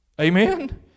Amen